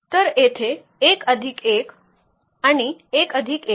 तर येथे 1 अधिक 1 आणि 1 अधिक 1